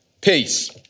peace